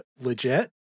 legit